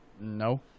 No